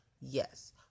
yes